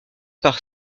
par